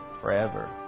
forever